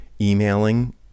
emailing